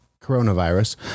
coronavirus